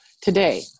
today